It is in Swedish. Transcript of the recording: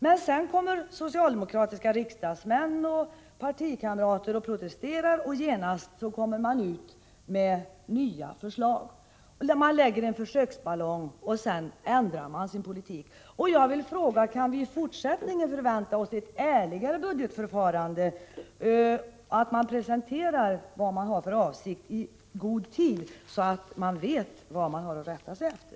När sedan socialdemokratiska riksdagsmän, partikamrater, protesterar, så — Prot. 1985/86:64 genast kommer regeringen med nya förslag. Man släpper alltså upp en 23 januari 1986 försöksballong och ändrar sedan sin politik. Jag vill fråga: Kan vi i fortsättningen förvänta oss ett ärligare budgetförfarande, att man presenterar vad man har för avsikt i god tid så att vi vet vad vi har att rätta oss efter?